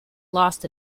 lost